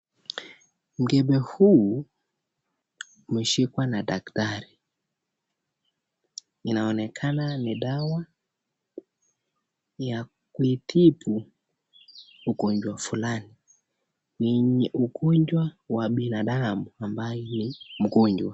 Mkebe huu umeshikwa na daktari, inaonekana ni dawa ya kuitibu ugonjwa fulani, kwenye ugonjwa wa binadamu ambaye ni mgonjwa.